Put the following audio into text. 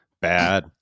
Bad